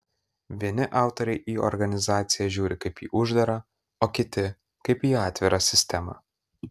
vieni autoriai į organizaciją žiūri kaip į uždarą o kiti kaip į atvirą sistemą